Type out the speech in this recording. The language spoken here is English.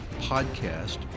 podcast